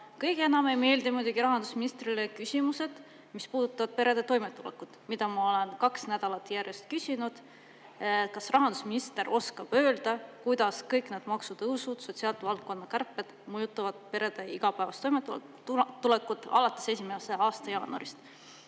kõige enam ei meeldi rahandusministrile muidugi küsimused, mis puudutavad perede toimetulekut, mida ma olen kaks nädalat järjest küsinud. Kas rahandusminister oskab öelda, kuidas kõik need maksutõusud ja sotsiaalvaldkonna kärped mõjutavad perede igapäevast toimetulekut alates 1. jaanuarist?